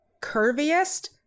curviest